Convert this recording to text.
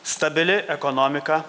stabili ekonomika